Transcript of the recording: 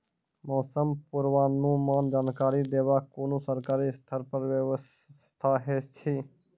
मौसम पूर्वानुमान जानकरी देवाक कुनू सरकारी स्तर पर व्यवस्था ऐछि?